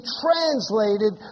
translated